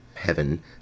Heaven